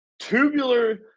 tubular